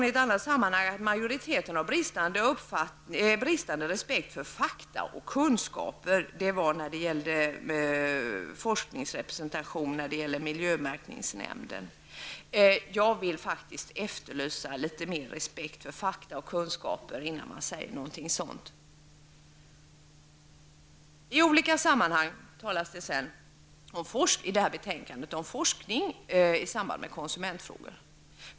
I ett annat sammanhang säger hon att majoriteten har bristande respekt för fakta och kunskaper. Det gällde forskningsrepresentation i miljömärkningsnämnden. Jag vill faktiskt efterlysa litet mer respekt för fakta och kunskaper innan man säger något sådant. I betänkandet talas det i olika sammanhang om forskning i samband med konsumentfrågor.